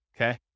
okay